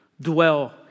Dwell